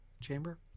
chamber